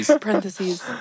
Parentheses